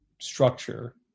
structure